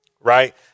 right